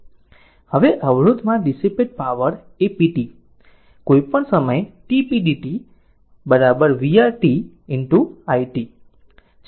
હવે અવરોધમાં dissipate power એ p t કોઈપણ સમયે tp t vR t i t છે